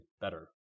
better